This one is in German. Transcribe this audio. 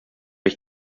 ich